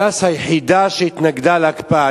ש"ס היא היחידה שהתנגדה להקפאה.